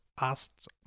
asked